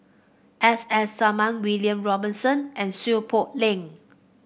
S S Sarma William Robinson and Seow Poh Leng